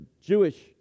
Jewish